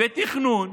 בתכנון,